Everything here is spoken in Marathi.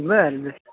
बरं बरं